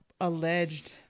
alleged